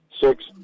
six